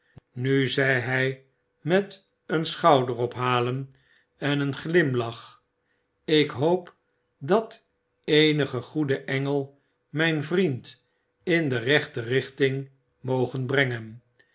nu zei hg met een schouderophalen en een glimlach ik hoop dat eenige goede engel mgn vriend in de rechte richting moge brengen